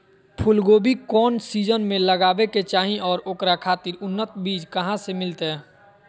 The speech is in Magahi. फूलगोभी कौन सीजन में लगावे के चाही और ओकरा खातिर उन्नत बिज कहा से मिलते?